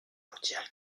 mondiale